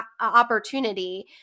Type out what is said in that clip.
opportunity